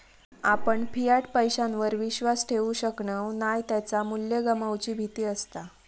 आपण फियाट पैशावर विश्वास ठेवु शकणव नाय त्याचा मू्ल्य गमवुची भीती असता